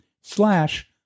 slash